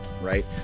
Right